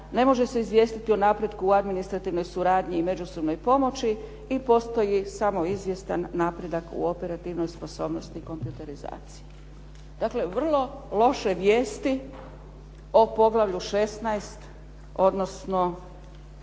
ne može se izvijestiti o napretku u administrativnoj suradnji i međusobnoj pomoći jer postoji samo izvjestan napredak u operativnoj sposobnosti i kompjuterizaciji. Dakle, vrlo loše vijesti o Poglavlju 16. odnosno